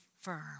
firm